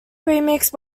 remixed